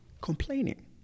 complaining